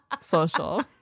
social